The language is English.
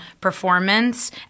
performance